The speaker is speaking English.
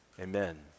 Amen